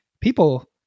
people